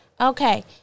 Okay